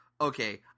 okay